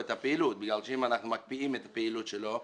הפעילות כי אם אנחנו מקפיאים את הפעילות שלו,